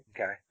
Okay